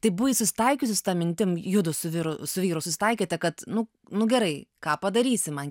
tai buvai susitaikiusi su ta mintim judu su vyru su vyru susitaikėte kad nu nu gerai ką padarysi man